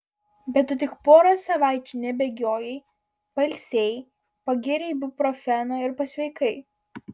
bet tu tik porą savaičių nebėgiojai pailsėjai pagėrei ibuprofeno ir pasveikai